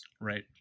Right